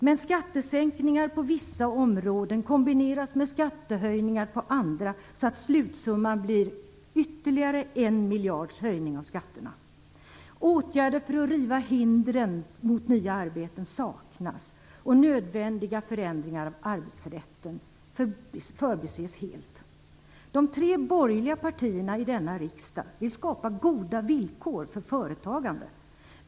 Men skattesänkningar på vissa områden kombineras med skattehöjningar på andra, så att slutsumman blir en ytterligare höjning av skatterna med 1 miljard. Åtgärder för att riva hindren mot nya arbeten saknas, och nödvändiga förändringar av arbetsrätten förbises helt. De tre borgerliga partierna i denna riksdag vill skapa goda villkor för företagande.